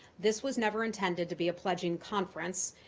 this was never intended to be a pledging conference.